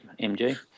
MG